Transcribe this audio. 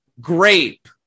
grape